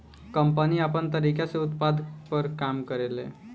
company आपन तरीका से उत्पाद पर काम करेले